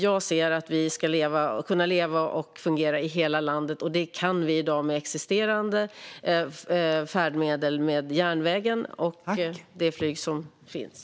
Jag anser att vi ska kunna leva och fungera i hela landet, och detta kan vi i dag med existerande färdmedel - järnvägen och det flyg som finns.